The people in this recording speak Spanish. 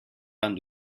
pan